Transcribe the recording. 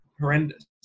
horrendous